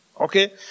Okay